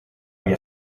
via